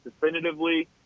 definitively